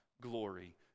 glory